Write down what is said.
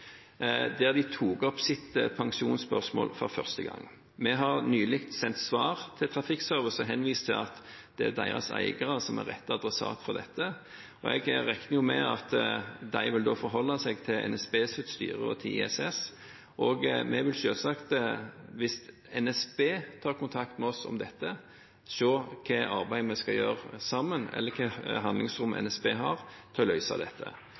for første gang tok opp sitt pensjonsspørsmål. Vi har nylig sendt svar til Trafikkservice og henvist til at deres eiere er rett adressat for dette, og jeg regner med at de vil forholde seg til NSBs styre og til ISS. Vi vil selvsagt, hvis NSB tar kontakt med oss om dette, se på hvilket arbeid vi skal gjøre sammen eller hvilket handlingsrom NSB har for å løse dette.